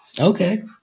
Okay